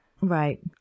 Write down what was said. right